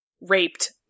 raped